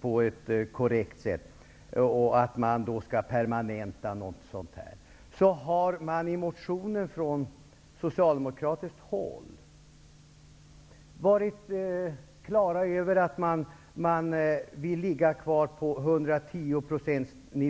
beräkningar på ett korrekt sätt och att något sådant skall permanentas. Men vad har man sagt i den socialdemokratiska motionen? Man är på det klara med att nivån skall ligga kvar på 110 %.